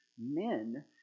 men